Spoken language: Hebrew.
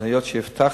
אבל היות שהבטחתי,